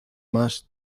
más